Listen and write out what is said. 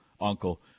Uncle